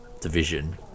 division